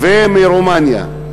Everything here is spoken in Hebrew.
ומרומניה,